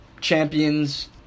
champions